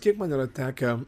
kiek man yra tekę